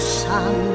sun